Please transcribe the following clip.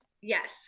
Yes